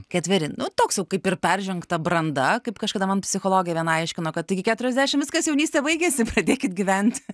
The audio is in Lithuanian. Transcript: ketveri nu toks jau kaip ir peržengta branda kaip kažkada man psichologė viena aiškino kad tai keturiasdešimt viskas jaunystė baigėsi pradėkit gyventi